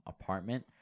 apartment